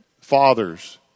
fathers